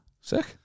Sick